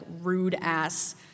rude-ass